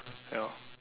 ya lor